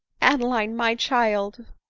adeline! my child,